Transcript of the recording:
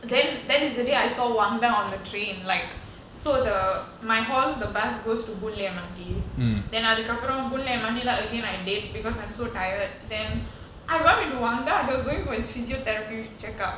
then that is the day I saw one wang da on the train like so the my hall the bus goes to boon lay M_R_T then அதுக்குஅப்பறம்:athukku aparam boon lay M_R_T lah அப்பறம்:aparam because I'm so tired then I bump into wang da he was going for his physiotherapy check up